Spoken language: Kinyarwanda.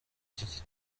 iki